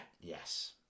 Yes